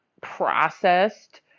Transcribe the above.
processed